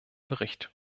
bericht